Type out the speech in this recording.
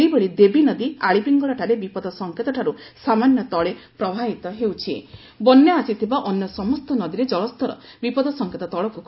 ସେହିଭଳି ଦେବୀ ନଦୀ ଆଳିପିଙ୍ଗଳ ଠାରେ ବିପଦ ସଙ୍କେତଠାର୍ ସାମାନ୍ୟ ତଳେ ପ୍ରବାହିତ ହେଉଛି ବନ୍ୟା ଆସିଥିବା ଅନ୍ୟ ସମସ୍ତ ନଦୀରେ ଜଳସ୍ତର ବିପଦ ସଙ୍କେତ ତଳକୁ ଖସିଯାଇଛି